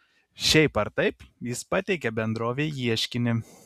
šiaip ar taip jis pateikė bendrovei ieškinį